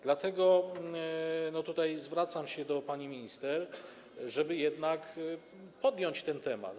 Dlatego zwracam się do pani minister, żeby jednak podjąć ten temat.